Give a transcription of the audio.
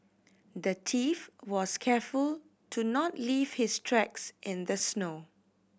the thief was careful to not leave his tracks in the snow